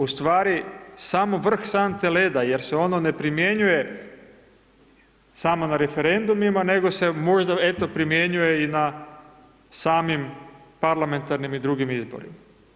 U stvari, samo vrh sante leda jer se ono ne primjenjuje samo na referendumima nego se možda eto primjenjuje i na samim parlamentarnim i drugim izborima.